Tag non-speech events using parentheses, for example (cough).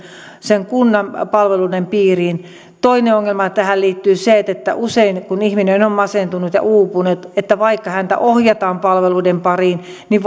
sen kunnan palveluiden piiriin toinen ongelma joka tähän liittyy on se että usein kun ihminen on masentunut ja uupunut vaikka häntä ohjataan palveluiden pariin niin (unintelligible)